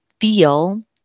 feel